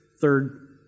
third